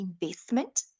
investment